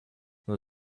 nur